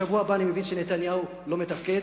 בשבוע הבא אני מבין שנתניהו לא מתפקד,